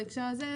בהקשר הזה,